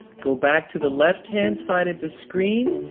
go back to the left-hand side of the screen,